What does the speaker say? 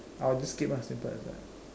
or just skip lah simple as that